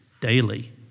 daily